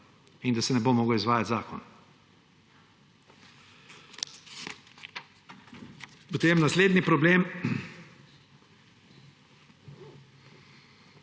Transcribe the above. in da se ne bo mogel izvajati zakon. Potem naslednji problem.